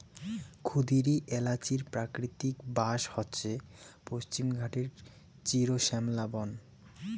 ক্ষুদিরী এ্যালাচির প্রাকৃতিক বাস হসে পশ্চিমঘাটের চিরশ্যামলা বন